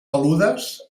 peludes